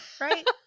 right